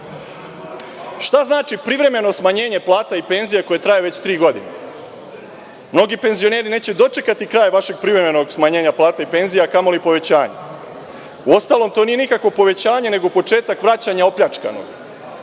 znači privremeno smanjenje plata i penzija koje traju već tri godine? Mnogi penzioneri neće dočekati kraj vašeg privremenog smanjenja plata i penzija a kamoli povećanja. Uostalom, to nije nikakvo povećanje nego početak vraćanja opljačkanog. Pokazali